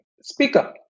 speaker